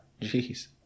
Jeez